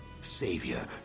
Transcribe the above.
Savior